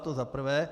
To za prvé.